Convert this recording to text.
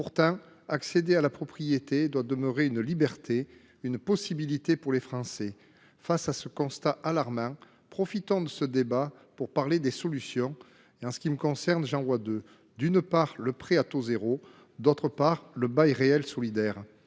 Pourtant, accéder à la propriété doit demeurer une liberté, une possibilité pour les Français. Face à un constat aussi alarmant, profitons de ce débat pour parler des solutions. J’en vois deux : d’une part, le prêt à taux zéro ; d’autre part, le bail réel solidaire.